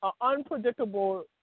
unpredictable